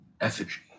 effigy